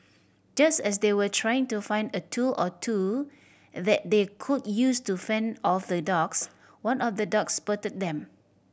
just as they were trying to find a tool or two that they could use to fend off the dogs one of the dogs spotted them